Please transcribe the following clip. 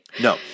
No